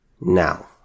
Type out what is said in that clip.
Now